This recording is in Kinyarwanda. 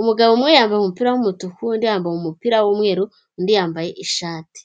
umugabo umwe yambaye umupira w'umutuku, undi yambaye umupira w'umweru undi yambaye ishati.